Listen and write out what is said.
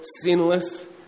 sinless